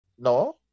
No